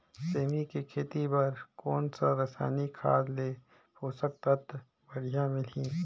सेमी के खेती बार कोन सा रसायनिक खाद ले पोषक तत्व बढ़िया मिलही?